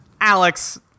Alex